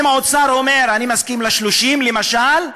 עכשיו, אם האוצר אומר: אני מסכים ל-30 למשל,